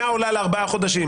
עולה על ארבעה חודשים.